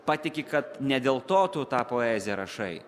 patiki kad ne dėl to tą poeziją rašai